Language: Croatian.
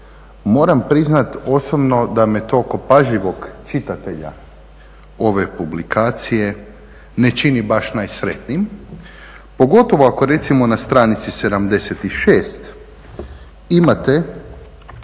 moram priznati osobno da me to kao pažljivog čitatelja ove publikacije ne čini baš najsretnijim pogotovo ako recimo na stranici 76. imate